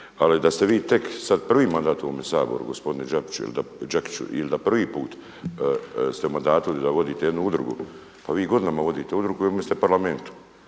Ali da ste vi tek sad prvi mandat u ovom Saboru gospodine Đakiću ili da prvi put ste u mandatu i da vodite jednu udrugu, pa vi godinama vodite udrugu i u ovom ste Parlamentu.